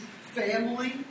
family